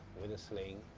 with a sling,